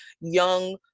young